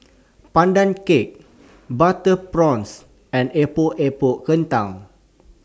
Pandan Cake Butter Prawns and Epok Epok Kentang